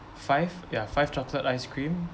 five ya five chocolate ice cream